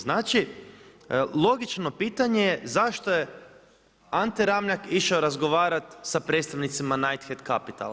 Znači, logično pitanje je zašto je Ante Ramljak išao razgovarati sa predstavnicima Nightshade Capital?